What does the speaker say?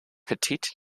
petite